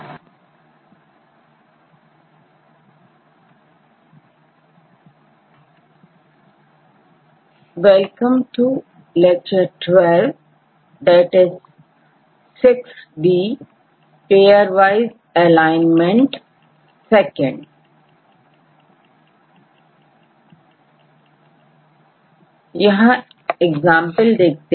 यहां एग्जांपल देखिए